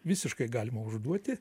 visiškai galima užduoti